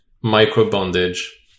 micro-bondage